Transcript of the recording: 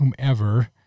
whomever